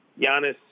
Giannis